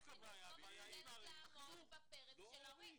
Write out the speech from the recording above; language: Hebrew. החינוך לא מסוגלת לעמוד בפרץ של ההורים.